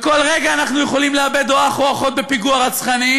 בכל רגע אנחנו יכולים לאבד אח או אחות בפיגוע רצחני,